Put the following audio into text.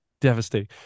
Devastating